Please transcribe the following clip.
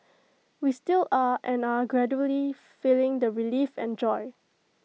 we still are and are gradually feeling the relief and joy